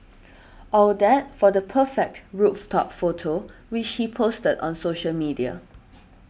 all that for the perfect rooftop photo which she posted on social media